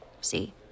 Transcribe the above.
See